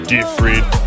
Different